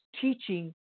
teaching